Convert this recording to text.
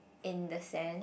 in the sand